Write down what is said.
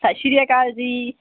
ਸਤਿ ਸ਼੍ਰੀ ਅਕਾਲ ਜੀ